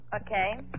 Okay